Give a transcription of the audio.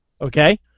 Okay